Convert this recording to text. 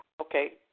Okay